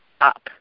up